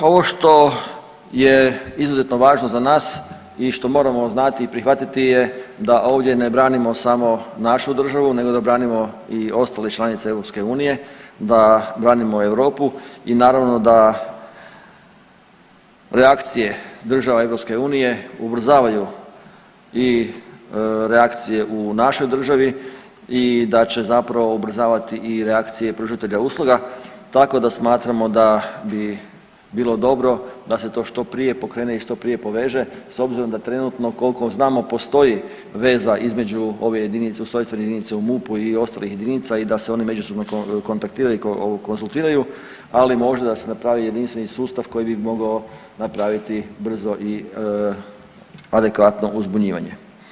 Ovo što je izuzetno važno za nas i što moramo znati i prihvatiti je da ovdje ne branimo samo našu državu nego da branimo i ostale članice EU, da branimo Europu i naravno da reakcije država EU ubrzavaju i reakcije u našoj državi i da će zapravo ubrzavati i reakcije pružatelja usluga tako da smatramo da bi bilo dobro da se to što prije pokrene i što prije poveže s obzirom da trenutno koliko znamo postoji veza između ove jedinice, ustrojstvene jedinice u MUP-u i ostalih jedinica i da se oni međusobno kontaktiraju i konzultiraju, ali možda da se napravi jedinstveni sustav koji bi mogao napraviti brzo i adekvatno uzbunjivanje.